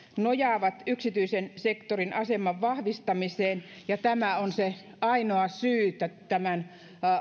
nojaavat yksityisen sektorin aseman vahvistamiseen ja että se on ainoa syy tämän